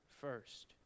first